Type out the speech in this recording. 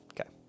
okay